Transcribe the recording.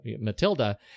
Matilda